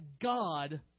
God